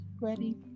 ready